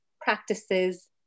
practices